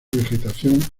vegetación